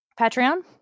Patreon